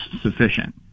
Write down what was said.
sufficient